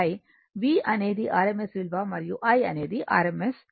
V అనేది rms విలువ మరియు I అనేది rms విలువ